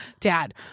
Dad